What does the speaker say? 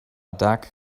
doug